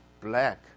black